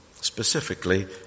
Specifically